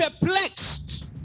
perplexed